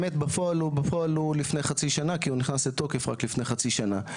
האמת בפועל הוא לפני חצי שנה כי הוא נכנס לתוקף רק לפני חצי שנה.